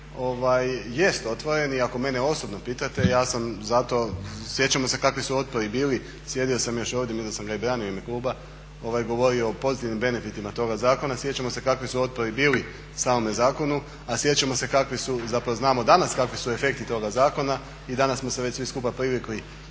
fiskalizaciji jest otvoren i ako mene osobno pitate ja sam za to, sjećamo se kakvi su otpori, sjedio sam još ovdje, mislim da sam ga i branio u ime kluba, govorio o pozitivnim benefitima toga zakona. Sjećamo se kakvi su otpori bili samome zakonu, a sjećamo se kakvi su, zapravo znamo danas kakvi su efekti toga zakona i danas smo se već svi skupa privikli